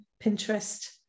Pinterest